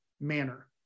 manner